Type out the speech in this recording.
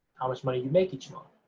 how much money you make each month.